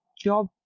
job